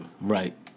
Right